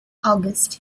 august